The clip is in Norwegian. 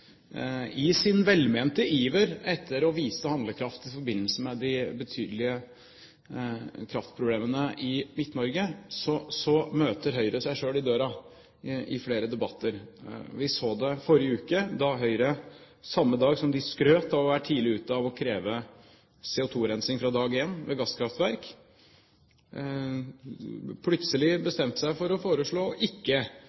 i sin velmente iver etter å vise handlekraft i forbindelse med de betydelige kraftproblemene i Midt-Norge møter Høyre seg selv i døra i flere debatter. Vi så det i forrige uke, da Høyre samme dag som de skrøt av å være tidlig ute og kreve CO2-rensing fra dag én for gasskraftverk, plutselig